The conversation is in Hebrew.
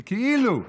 זה כאילו,